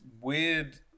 weird